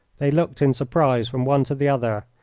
they looked in surprise from one to the other.